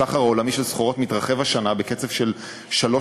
הסחר העולמי של סחורות מתרחב השנה בקצב של 3.7%,